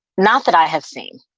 not that i have seen.